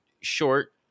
short